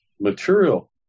material